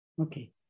Okay